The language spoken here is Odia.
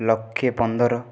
ଲକ୍ଷେ ପନ୍ଦର